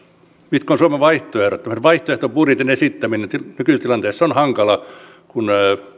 mitkä ovat suomen vaihtoehdot tämän vaihtoehtobudjetin esittäminen nykytilanteessa on hankalaa kun